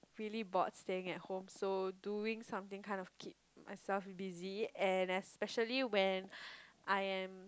really bored staying at home so doing something kind of keep myself busy and especially when I am